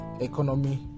economy